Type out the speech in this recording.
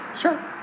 sure